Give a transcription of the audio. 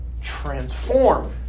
transform